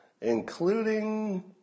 including